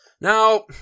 Now